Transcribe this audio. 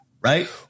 right